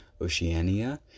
Oceania